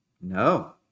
No